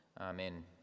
Amen